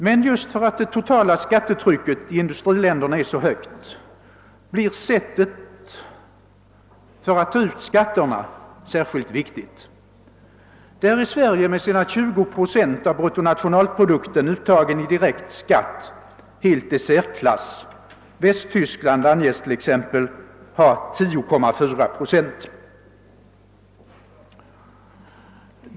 Men just därför att det totala skattetrycket i industriländerna är så högt blir sättet att ta ut skatterna särskilt viktigt. Sverige ligger i särklass när det gäller direkt skatt med ett uttag av 20 procent av bruttonationalprodukten. Västtyskland uppges t.ex. ha ett motsvarande uttag av 10,4 procent.